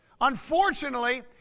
Unfortunately